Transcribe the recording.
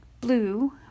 blue